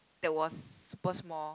that was super small